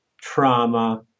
trauma